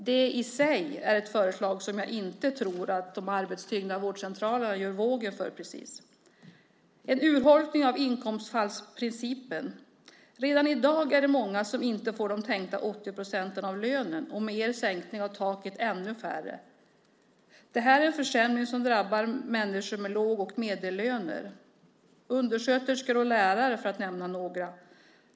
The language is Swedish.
Det i sig är ett förslag som jag inte tror att de arbetstyngda vårdcentralerna gör vågen för precis. Det handlar också om en urholkning av inkomstbortfallsprincipen. Redan i dag är det många som inte får de tänkta 80 procenten av lönen. Med er sänkning av taket blir det ännu fler. Det är en försämring som drabbar människor med låga löner och medellöner, undersköterskor och lärare, för att nämna några.